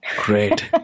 great